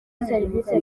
serivisi